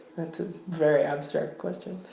that's a very abstract question.